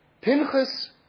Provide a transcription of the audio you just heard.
Pinchas